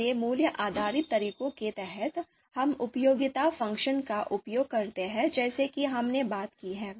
इसलिए मूल्य आधारित तरीकों के तहत हम उपयोगिता फ़ंक्शन का उपयोग करते हैं जैसा कि हमने बात की है